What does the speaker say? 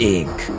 inc